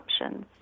options